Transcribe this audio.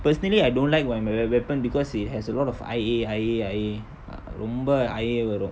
personally I don't like why ba~ my weapon because it has a lot of I_A I_A I_A ரொம்ப:romba I_A வரும்:varum